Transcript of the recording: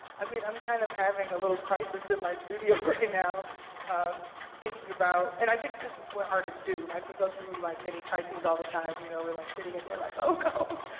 i mean i'm kind of having a little crisis in my studio right and now thinking about and i think this is what artists do. like we go through like mini crises all the time. you know we're like sitting in there, like, oh,